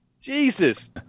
Jesus